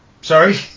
Sorry